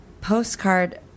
postcard